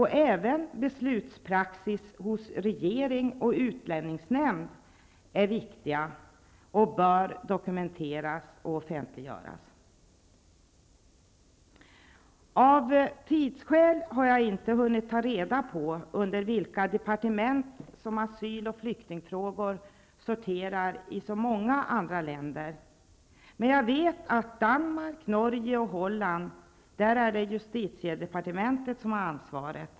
Även beslutspraxis hos regeringen och utlänningsnämnden är viktiga och bör dokumenteras och offentliggöras. Av tidsskäl har jag inte hunnit ta reda på under vilka departement som asyl och flyktingfrågorna sorterar i så många andra länder. Men jag vet att det i Danmark, Norge och Holland är justitiedepartementet som har ansvaret.